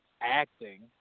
acting